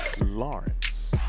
lawrence